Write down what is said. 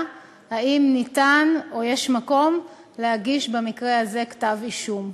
אם ניתן או יש מקום להגיש במקרה הזה כתב-אישום.